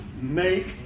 make